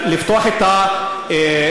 לפתוח את הנמל,